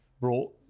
brought